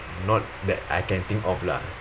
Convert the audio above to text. not that I can think of lah